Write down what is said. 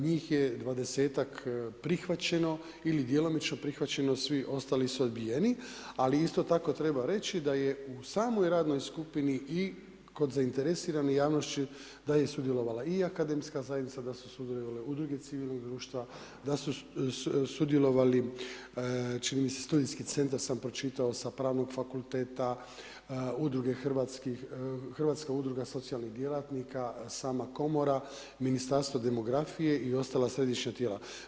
Njih je 20ak prihvaćeno ili djelomično prihvaćeno, svi ostali su odbijeni, ali isto tako treba reći da je u samoj radnoj skupini i kod zainteresirane javnosti da je sudjelovala i akademska zajednica, da su sudjelovale i udruge civilnih društva, da su sudjelovali čini mi se studentski centar sam pročitao sa Pravnog fakulteta, Hrvatska udruga socijalnih djelatnika, sama komora, Ministarstvo demografije i ostala središnja tijela.